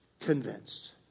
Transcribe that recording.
convinced